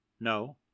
no